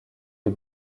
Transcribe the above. est